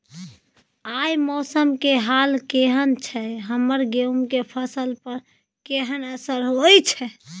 आय मौसम के हाल केहन छै हमर गेहूं के फसल पर केहन असर होय छै?